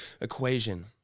Equation